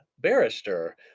Barrister